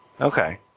okay